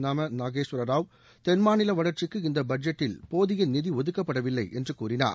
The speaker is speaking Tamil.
நம நாகேஸ்வரராவ் தென்மாநில வளர்ச்சிக்கு இந்த பட்ஜெட்டில் போதிய நிதி ஒதுக்கப்படவில்லை என்று கூறினார்